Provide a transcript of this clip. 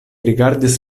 rigardis